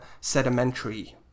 sedimentary